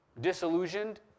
disillusioned